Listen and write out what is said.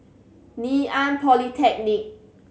Ngee Ann Polytechnic